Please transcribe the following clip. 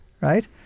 Right